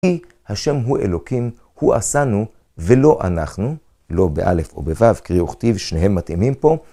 השם הוא אלוקים, הוא עשנו ולא אנחנו, לא באלף או בוו, קרי וכתיב, שניהם מתאימים פה.